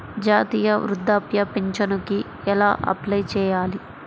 జాతీయ వృద్ధాప్య పింఛనుకి ఎలా అప్లై చేయాలి?